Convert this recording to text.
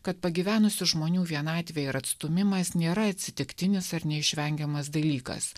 kad pagyvenusių žmonių vienatvė ir atstūmimas nėra atsitiktinis ar neišvengiamas dalykas